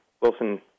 Wilson